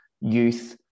youth